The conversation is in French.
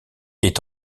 est